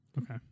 Okay